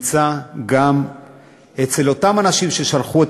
נמצאים גם אצל אותם אנשים ששלחו את